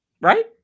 Right